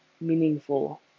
meaningful